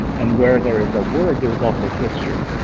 and where there is a word, there is also history.